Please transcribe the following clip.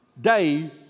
day